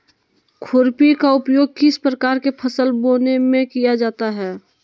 खुरपी का उपयोग किस प्रकार के फसल बोने में किया जाता है?